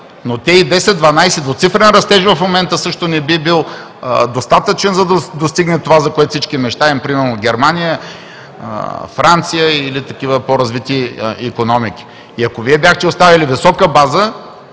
но и 10 – 12% цифрен растеж в момента също не би бил достатъчен, за да достигнем това, за което всички мечтаем – примерно Германия, Франция, или такива по-развити икономики. И ако Вие бяхте оставили висока база,